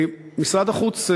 משרד החוץ,